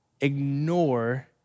ignore